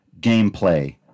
gameplay